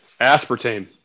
Aspartame